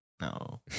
No